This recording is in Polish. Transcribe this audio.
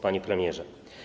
Panie Premierze!